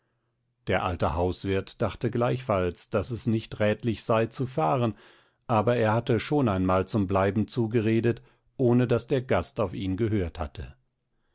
der alte hauswirt dachte gleichfalls daß es nicht rätlich sei zu fahren aber er hatte schon einmal zum bleiben zugeredet ohne daß der gast auf ihn gehört hatte